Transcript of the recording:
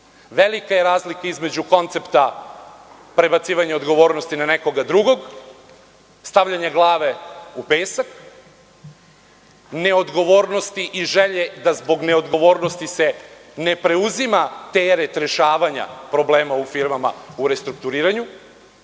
je razlika između koncepta prebacivanja odgovornosti na nekog drugog, stavljanja glave u pesak, neodgovornosti i želje da zbog neodgovornosti se ne preuzima teret rešavanja problema u firmama u restrukturiranju